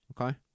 Okay